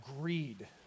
greed